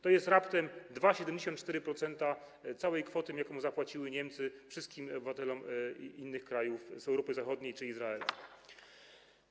To jest raptem 2,74% całej kwoty, jaką zapłaciły Niemcy wszystkim obywatelom innych krajów z Europy Zachodniej czy z Izraela.